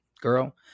girl